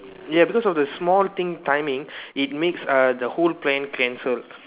ya because of the small thing timing it makes uh the whole plan cancelled